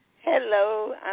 hello